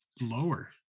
lower